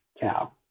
cow